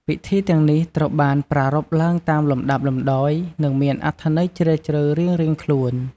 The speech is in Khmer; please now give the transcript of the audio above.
ពិធីទាំងនេះត្រូវបានប្រារព្ធឡើងតាមលំដាប់លំដោយ និងមានអត្ថន័យជ្រាលជ្រៅរៀងៗខ្លួន។